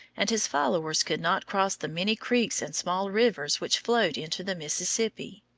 and his followers could not cross the many creeks and small rivers which flowed into the mississippi.